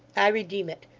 i redeem it.